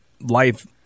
life